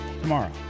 tomorrow